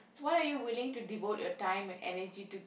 what are you willing to devote your time and energy to